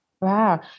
Wow